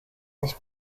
nicht